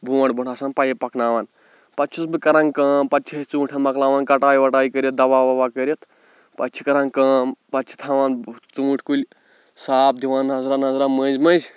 برٛونٛٹھ برٛونٛٹھ آسان پایِپ پَکناوان پَتہٕ چھُس بہٕ کران کٲم پَتہٕ چھِ أسۍ ژوٗنٛٹھٮ۪ن مۄکلاوان کَٹٲے وَٹٲے کٔرِتھ دوا وَوا کٔرِتھ پَتہٕ چھِ کران کٲم پَتہٕ چھِ تھاوان ژوٗنٛٹھۍ کُلۍ صاف دِوان نظرا نظرا مٔنٛزۍ مٔنٛزۍ